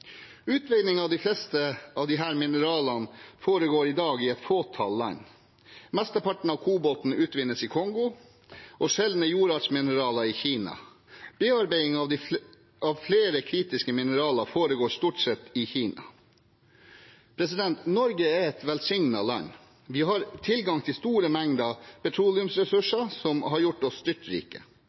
av de fleste av disse mineralene foregår i dag i et fåtall land. Mesteparten av kobolten utvinnes i Kongo, og sjeldne jordartsmineraler i Kina. Bearbeidingen av flere kritiske mineraler foregår stort sett i Kina. Norge er et velsignet land. Vi har tilgang til store mengder petroleumsressurser som har gjort oss